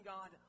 God